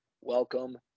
Welcome